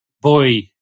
boy